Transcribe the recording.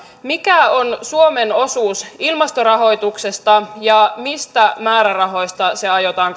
mikä on suomen osuus ilmastorahoituksesta ja mistä määrärahoista se aiotaan